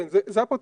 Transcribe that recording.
כן, זה הפוטנציאל.